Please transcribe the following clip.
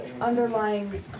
underlying